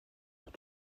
pour